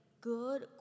good